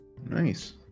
Nice